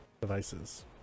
devices